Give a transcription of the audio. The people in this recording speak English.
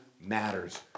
matters